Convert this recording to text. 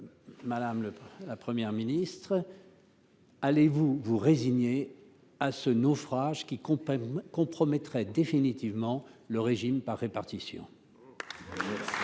Madame la Première ministre, allez-vous vous résigner à un tel naufrage, qui compromettrait définitivement notre régime de retraite